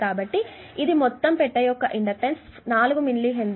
కాబట్టి ఇది మొత్తం పెట్టె యొక్క ఇండక్టెన్స్ నాలుగు మిల్లీ హెన్రీ